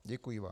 Děkuji vám.